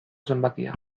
zenbakia